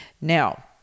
now